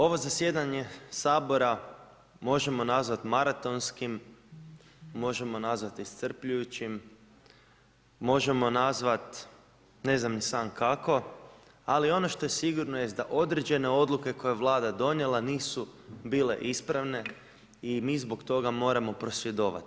Ovo zasjedanje Sabora, možemo nazvati maratonskim, možemo nazvati iscrpljujućim možemo nazvati ne znam ni sam kako, ali ono što je sigurno jest da određene odluke koje je vlada donijela nisu bile ispravne i mi zbog toga moramo prosvjedovati.